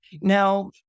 Now